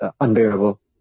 unbearable